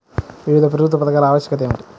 వివిధ ప్రభుత్వ పథకాల ఆవశ్యకత ఏమిటీ?